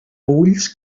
ulls